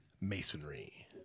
masonry